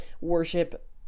worship